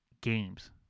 games